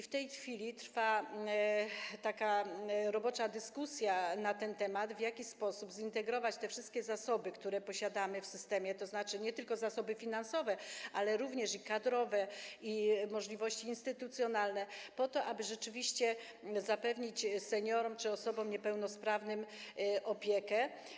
W tej chwili trwa robocza dyskusja na temat, w jaki sposób zintegrować te wszystkie zasoby, które posiadamy w ramach tego systemu, tzn. nie tylko zasoby finansowe, ale również kadrowe i możliwości instytucjonalne, po to, aby rzeczywiście zapewnić seniorom czy osobom niepełnosprawnym opiekę.